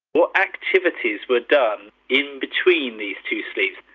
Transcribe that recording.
what activities were done in between these two sleeps?